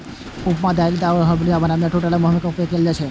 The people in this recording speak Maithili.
उपमा, दलिया आ हलुआ बनाबै मे टूटल गहूमक उपयोग कैल जाइ छै